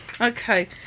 Okay